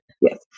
Yes